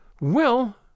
Well